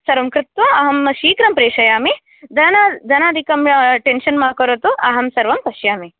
सर्वं कृत्त्वा अहं शीघ्रं प्रेषयामि धनादिकं टेन्शन् मा करोतु अहं सर्वं पश्यामि